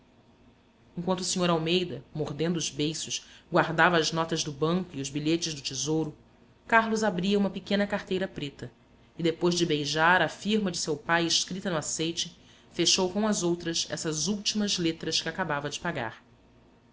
enquanto o sr almeida mordendo os beiços guardava as notas do banco e os bilhetes do tesouro carlos abria uma pequena carteira preta e depois de beijar a firma de seu pai escrita no aceite fechou com as outras essas últimas letras que acabava de pagar